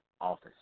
office